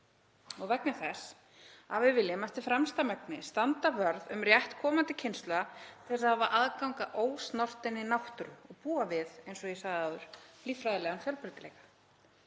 og vegna þess að við viljum eftir fremsta megni standa vörð um rétt komandi kynslóða til að hafa aðgang að ósnortinni náttúru og búa við, eins og ég sagði áður, líffræðilegan fjölbreytileika.